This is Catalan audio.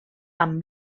amb